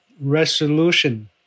resolution